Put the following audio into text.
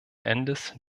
endes